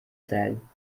zählen